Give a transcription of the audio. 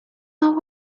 not